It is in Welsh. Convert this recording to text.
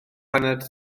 paned